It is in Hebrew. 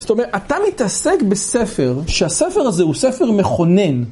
זאת אומרת, אתה מתעסק בספר שהספר הזה הוא ספר מכונן.